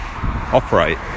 operate